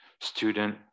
student